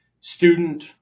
Student